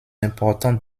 important